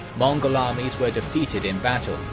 mongol armies were defeated in battle,